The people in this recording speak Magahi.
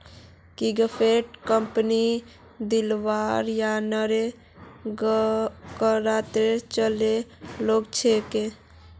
किंगफिशर कंपनी दिवालियापनेर कगारत चली ओल छै